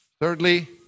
Thirdly